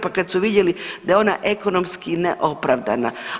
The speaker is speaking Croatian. Pa kad su vidjeli da je ona ekonomski neopravdana.